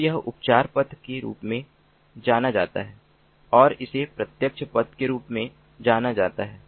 तो यह उपचार पथ के रूप में जाना जाता है और इसे प्रत्यक्ष पथ के रूप में जाना जाता है